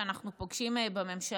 שאנחנו פוגשים בממשלה.